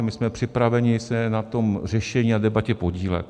My jsme připraveni se na tom řešení a debatě podílet.